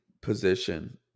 position